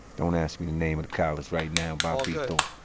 don't ask me the name of the college right now, bobbito.